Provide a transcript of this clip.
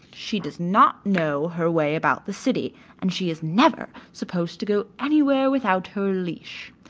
she does not know her way about the city, and she is never supposed to go anywhere without her leash.